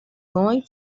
going